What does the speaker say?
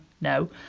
no